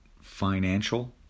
financial